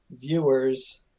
viewers